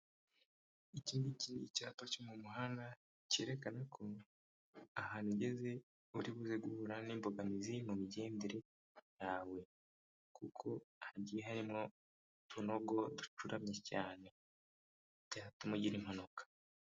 Ikingiki ni icyapa cyo mu muhanda cyerekana ko ahantu higeze uri bu guhura n'imbogamizi mu migendere yawe kuko hagiye harimwo utunogo ducuramye cyane byatuma ugira impanuka.